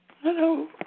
Hello